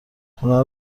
خونه